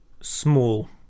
small